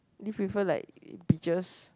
do you prefer like beaches